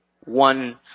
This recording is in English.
one